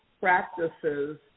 practices